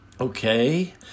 okay